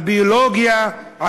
על ביולוגיה,